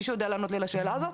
מישהו יודע לענות לי על השאלה הזאת?